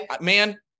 man